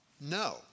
No